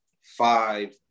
five